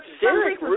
Derek